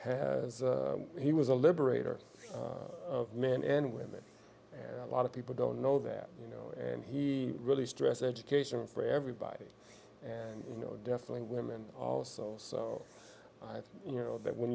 had he was a liberator of men and women and a lot of people don't know that you know and he really stress education for everybody and you know definitely women also i think you know that when